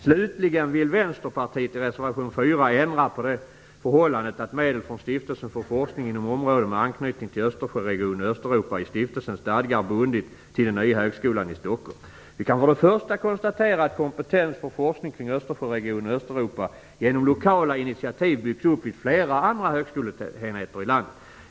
Slutligen vill Vänsterpartiet i reservation 4 ändra på det förhållandet att medel från Stiftelsen för forskning inom områden med anknytning till Östersjöregionen och Östeuropa i stiftelsens stadgar bundits till den nya högskolan i Stockholm. Vi kan för det första konstatera att kompetens för forskning kring Östersjöregionen och Östeuropa genom lokala initiativ byggts upp vid flera andra högskoleenheter i landet.